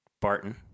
Barton